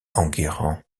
enguerrand